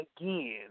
again